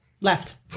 Left